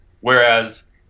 Whereas